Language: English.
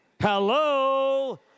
Hello